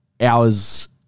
hours